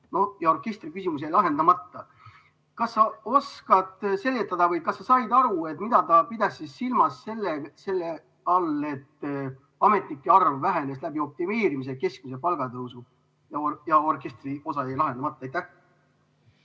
ja orkestriküsimus jäi lahendamata. Kas sa oskad seletada või kas sa said aru, mida ta pidas silmas selle all, et ametnike arv vähenes läbi optimeerimise ja keskmise palga tõusu ja orkestriosa jäi lahendamata?